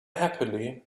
happily